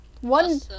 One